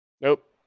Nope